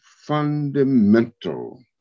fundamental